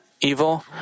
evil